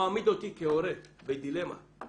אותי כהורה בדילמה אם